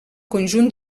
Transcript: conjunt